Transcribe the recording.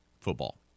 football